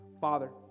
Father